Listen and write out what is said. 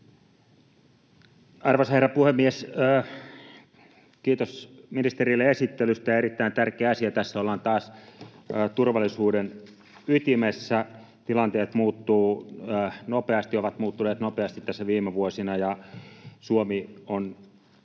Arvoisa herra puhemies! Kiitos ministerille esittelystä. Erittäin tärkeä asia. Tässä ollaan taas turvallisuuden ytimessä. Tilanteet muuttuvat nopeasti ja ovat muuttuneet nopeasti tässä viime vuosina. Olimme